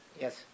Yes